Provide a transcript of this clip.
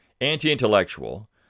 anti-intellectual